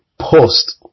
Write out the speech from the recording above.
Post